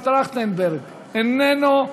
איננה, עמנואל טרכטנברג, איננו,